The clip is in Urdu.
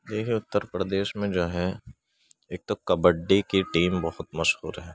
دیکھیے اتر پردیش میں جو ہے ایک تو کبڈی کی ٹیم بہت مشہور ہے